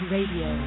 Radio